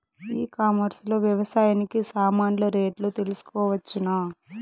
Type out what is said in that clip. ఈ కామర్స్ లో వ్యవసాయానికి సామాన్లు రేట్లు తెలుసుకోవచ్చునా?